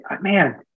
man